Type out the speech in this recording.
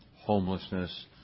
homelessness